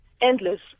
endless